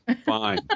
Fine